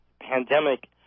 pandemic